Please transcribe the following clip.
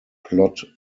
plot